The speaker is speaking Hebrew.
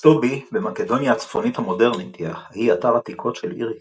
סטובי במקדוניה הצפונית המודרנית היא אתר עתיקות של עיר היסטורית,